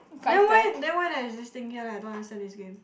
then why then why there's this thing here I don't understand this game